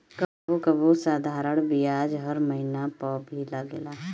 कबो कबो साधारण बियाज हर महिना पअ भी लागेला